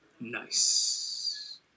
Nice